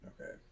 okay